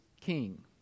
king